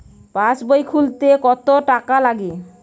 পাশবই খুলতে কতো টাকা লাগে?